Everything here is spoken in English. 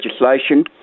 legislation